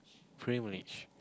privileged